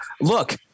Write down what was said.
look